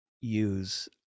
use